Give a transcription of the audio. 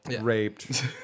raped